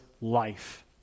life